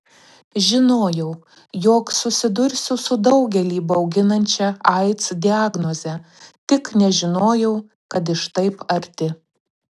žinojau jog susidursiu su daugelį bauginančia aids diagnoze tik nežinojau kad iš taip arti